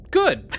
good